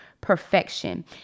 perfection